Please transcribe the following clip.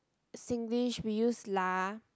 Singlish we use lah